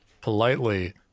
politely